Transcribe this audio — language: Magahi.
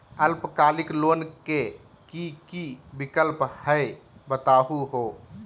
अल्पकालिक लोन के कि कि विक्लप हई बताहु हो?